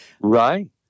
Right